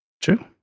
True